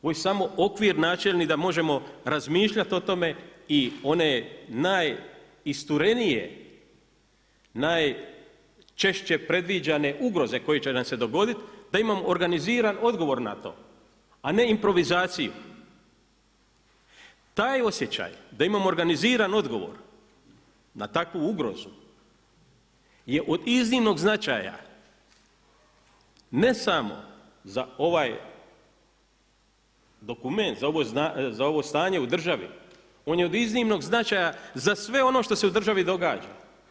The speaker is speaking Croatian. Ovo je samo okvir načelni da možemo razmišljati o tome i one najisturenije, najčešće predviđane ugroze koje će nam se dogoditi, da imam organiziran odgovor na to, a ne improvizacija taj osjećaj da imamo organiziran odgovor na takvu ugrozu je od iznimnog značaja, ne samo za ovaj dokument za ovo stanje u državi, on je od iznimnog značaja za sve ono što se u državi događa.